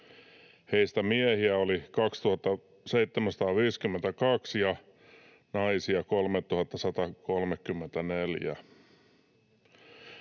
heistä miehiä oli 2 752 ja naisia 3 134.